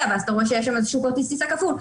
ואז אתה רואה שיש שם כרטיס טיסה כפול.